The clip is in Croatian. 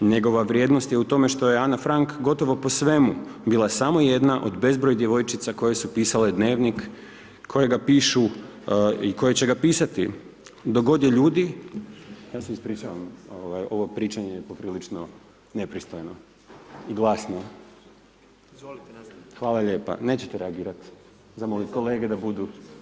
Njegova vrijednost je u tome što je Ana Frank, gotovo po svemu bila samo jedna od bezbroj djevojčica, koje su pisale dnevnik, koje ga pišu i koje će ga pisati, dok god je ljudi, ja se ispričavam, ovo pričanje je poprilično nepristojno i glasno [[Upadica Predsjednik: Izvolite nastavite.]] Hvala lijepo, nećete reagirati, zamoliti kolege da budu.